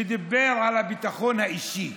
ודיבר על הביטחון האישי.